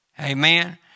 Amen